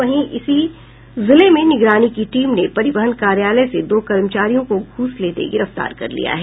वहीं इसी जिले में निगरानी की टीम ने परिवहन कार्यालय से दो कर्मचारियों को घूस लेते गिरफ्तार कर लिया है